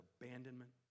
abandonment